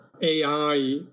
AI